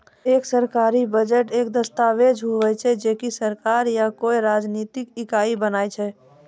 एक सरकारी बजट एक दस्ताबेज हुवै छै जे की सरकार या कोय राजनितिक इकाई बनाय छै